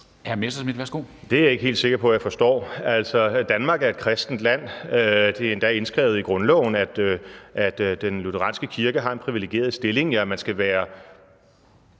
Messerschmidt (DF): Det er jeg ikke helt sikker på jeg forstår. Altså, Danmark er et kristent land, det er endda indskrevet i grundloven, at den lutheranske kirke har en privilegeret stilling, ja, man skal være